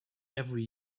every